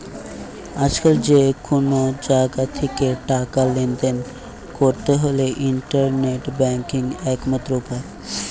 আজকাল যে কুনো জাগা থিকে টাকা লেনদেন কোরতে হলে ইন্টারনেট ব্যাংকিং একমাত্র উপায়